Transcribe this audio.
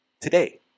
today